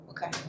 Okay